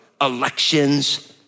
elections